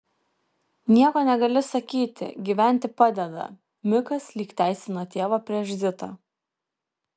nieko negali sakyti gyventi padeda mikas lyg teisino tėvą prieš zitą